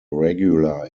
regular